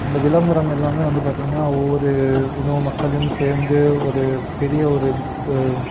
அந்த விளம்பரம் எல்லாமே வந்து பார்த்திங்கன்னா ஒவ்வொரு இன மக்களும் சேர்ந்து ஒரு பெரிய ஒரு